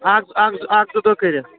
اَکھ اَکھ اَکھ زٕ دۅہ کٔرِتھ